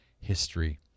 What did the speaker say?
history